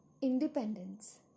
Independence